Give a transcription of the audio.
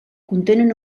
contenen